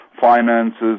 finances